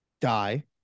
die